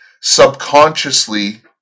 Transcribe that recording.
subconsciously